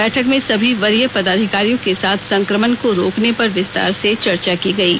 बैठक में सभी वरीय पदाधिकारियों के साथ संक्रमण को रोकने पर विस्तार से चर्चा की गयी